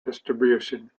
distribution